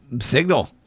signal